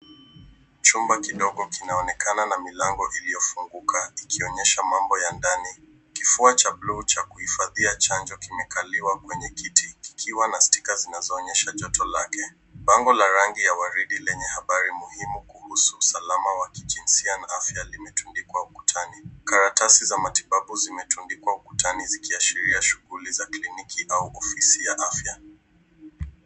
Chumba kidogo kinaonekana na milango iliyofunguka, kikionyesha mambo ya ndani. Kifaa cha buluu cha kuhifadhia chanjo kimekaliwa kwenye kiti, kikiwa na stika zinazoonyesha joto lake. Pango la rangi la waridi lenye habari muhimu kuhusu usalama wa kijinsia na afya limetundikwa ukutani. Karatasi za matibabu zimetundikwa ukutani zikiashiria shughuli za kliniki au ofisi ya afya.